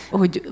hogy